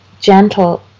gentle